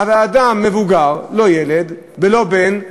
אדם מבוגר, לא ילד ולא בן,